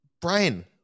Brian